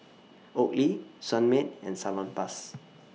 Oakley Sunmaid and Salonpas